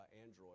Android